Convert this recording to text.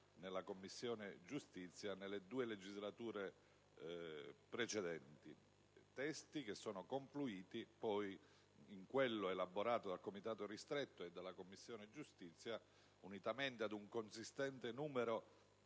nella Commissione giustizia nelle due legislature precedenti su testi che sono poi confluiti in quello elaborato dal Comitato ristretto e dalla Commissione giustizia, unitamente ad un consistente numero